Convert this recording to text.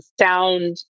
sound